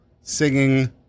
singing